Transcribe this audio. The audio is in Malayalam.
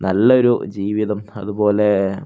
നല്ലൊരു ജീവിതം അതുപോലെ